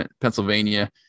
Pennsylvania